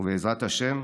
ובעזרת השם,